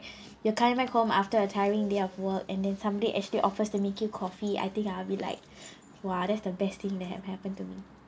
ya came back home after a tiring day of work and then somebody actually offers to make you coffee I think I'll be like !wah! that's the best thing that have happen to me